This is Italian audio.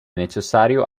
necessario